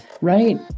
right